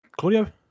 Claudio